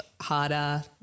harder